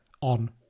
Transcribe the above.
On